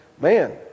man